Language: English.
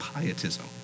pietism